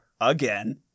Again